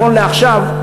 נכון לעכשיו,